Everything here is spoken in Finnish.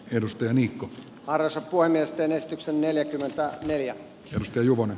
edustaja mikko varosen puhemiesten esityksen neljäkymmentä neljä risto juvonen